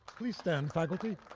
please stand, faculty.